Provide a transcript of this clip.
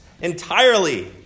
entirely